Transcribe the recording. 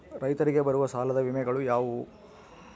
ರೈತರಿಗೆ ಬರುವ ಸಾಲದ ವಿಮೆಗಳು ಯಾವುವು?